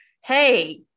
hey